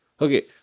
Okay